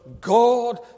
God